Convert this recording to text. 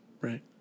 right